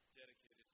dedicated